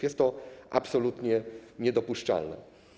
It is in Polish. Jest to absolutnie niedopuszczalne.